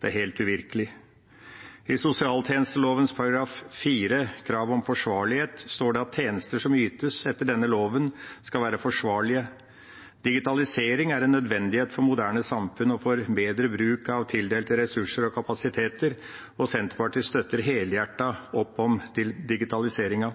Det er helt uvirkelig. I sosialtjenesteloven § 4, Krav om forsvarlighet, står det: «Tjenester som ytes etter denne loven skal være forsvarlige.» Digitalisering er en nødvendighet for moderne samfunn og for bedre bruk av tildelte ressurser og kapasiteter, og Senterpartiet støtter helhjertet opp om digitaliseringen.